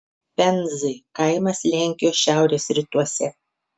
penzai kaimas lenkijos šiaurės rytuose